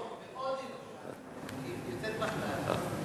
מלהיבות, מאוד מלהיבות, יוצאת מן הכלל.